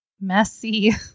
Messy